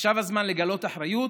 עכשיו הזמן לגלות אחריות,